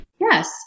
Yes